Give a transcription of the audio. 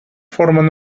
forman